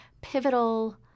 pivotal